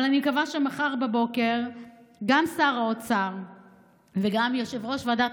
אבל אני מקווה שמחר בבוקר גם שר האוצר וגם יושב-ראש ועדת